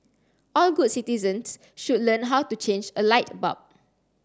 all good citizens should learn how to change a light bulb